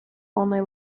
only